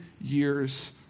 years